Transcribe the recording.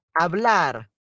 hablar